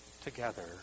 together